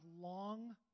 long